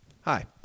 hi